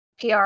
PR